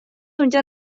آنجا